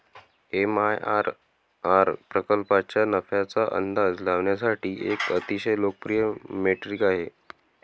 MIRR प्रकल्पाच्या नफ्याचा अंदाज लावण्यासाठी एक अतिशय लोकप्रिय मेट्रिक आहे